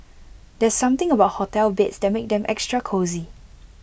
there's something about hotel beds that makes them extra cosy